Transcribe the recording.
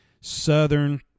southern